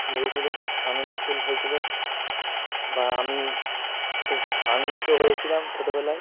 লেগেছিলো আনন্দ ফিল্ড হয়েছিলো বা আমি খুব আনন্দিত হয়েছিলাম ছোটোবেলায়